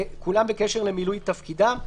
כולם בקשר למילוי תפקידם,